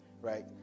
right